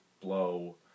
blow